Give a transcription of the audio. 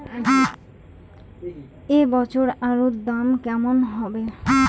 এ বছর আলুর দাম কেমন হবে?